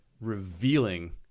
revealing